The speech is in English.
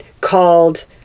called